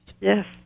Yes